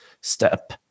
step